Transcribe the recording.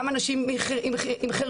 גם אנשים עם חירשות,